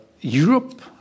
Europe